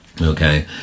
Okay